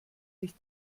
sich